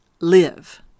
live